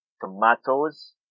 tomatoes